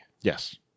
Yes